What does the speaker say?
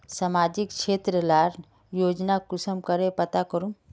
सामाजिक क्षेत्र लार योजना कुंसम करे पता करूम?